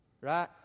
Right